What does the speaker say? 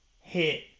hit